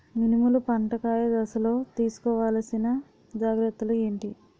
మినుములు పంట కాయ దశలో తిస్కోవాలసిన జాగ్రత్తలు ఏంటి?